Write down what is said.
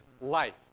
life